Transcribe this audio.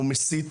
הוא מסית,